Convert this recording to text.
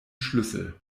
schlüssel